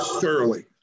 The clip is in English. Thoroughly